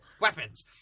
weapons